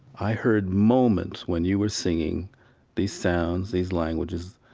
i heard moments when you were singing these sounds, these languages,